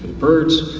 birds,